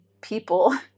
people